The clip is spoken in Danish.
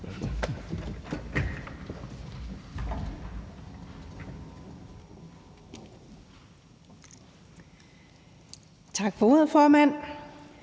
Tak for ordet, formand.